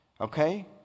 Okay